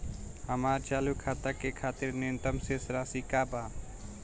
हमार चालू खाता के खातिर न्यूनतम शेष राशि का बा?